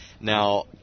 Now